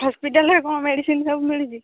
ହସ୍ପିଟାଲରେ କ'ଣ ମେଡ଼ିସିନ ସବୁ ମିଳୁଛି